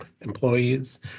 employees